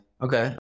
okay